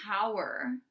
power